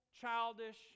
childish